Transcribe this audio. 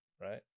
right